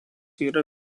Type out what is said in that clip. yra